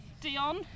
Dion